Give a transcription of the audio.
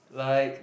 like